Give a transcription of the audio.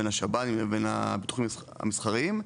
בין השב"נים לבין הביטוחים המסחריים,